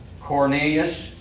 Cornelius